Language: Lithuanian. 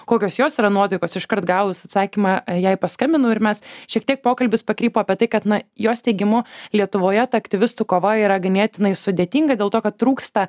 kokios jos yra nuotaikos iškart gavus atsakymą jai paskambinau ir mes šiek tiek pokalbis pakrypo apie tai kad na jos teigimu lietuvoje ta aktyvistų kova yra ganėtinai sudėtinga dėl to kad trūksta